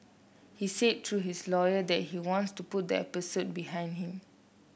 he said through his lawyer that he wants to put the episode behind him